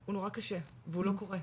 הוא נורא קשה והוא לא קורה,